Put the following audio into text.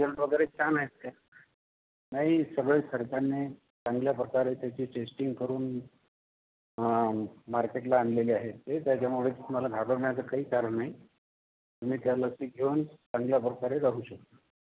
result वगैरे छान असते नाही सगळं सरकारने चांगल्या प्रकारे त्याची टेस्टिंग करून मार्केटला आणलेली आहे ते त्याच्यामुळे तुम्हाला घाबरण्याचं काही कारण नाही तुम्ही त्या लसी घेऊन चांगल्या प्रकारे जगू शकता